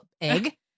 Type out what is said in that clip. egg